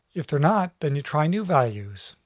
if they're not then you try new values,